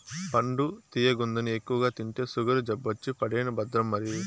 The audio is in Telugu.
పండు తియ్యగుందని ఎక్కువగా తింటే సుగరు జబ్బొచ్చి పడేను భద్రం మరి